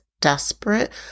desperate